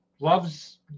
loves